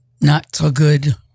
not-so-good